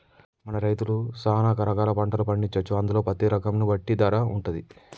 మన రైతులు సాన రకాల పంటలు పండించొచ్చు అందులో పత్తి రకం ను బట్టి ధర వుంటది